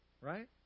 right